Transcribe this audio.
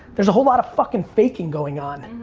there's a whole lot of fucking faking going on.